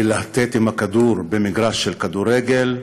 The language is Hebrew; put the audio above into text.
ללהטט עם כדור במגרש כדורגל,